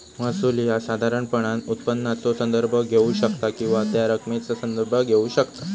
महसूल ह्या साधारणपणान उत्पन्नाचो संदर्भ घेऊ शकता किंवा त्या रकमेचा संदर्भ घेऊ शकता